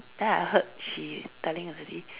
then I heard she telling her daddy